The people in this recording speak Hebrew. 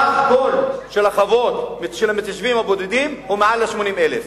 סך כל החוות של המתיישבים הבודדים הוא מעל 80,000,